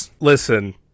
Listen